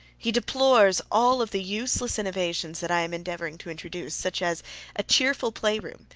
he deplores all of the useless innovations that i am endeavoring to introduce, such as a cheerful playroom,